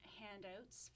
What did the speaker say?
handouts